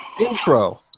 intro